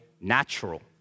natural